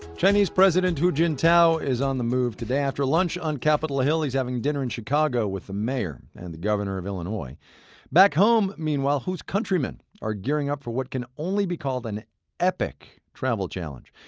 chinese president hu jintao's on the move today. after lunch on capitol hill, he's having dinner in chicago with the mayor and the governor of illinois back home, meanwhile, hu's countrymen are gearing up for what can only be called an epic travel challenge.